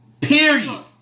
Period